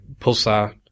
pulsar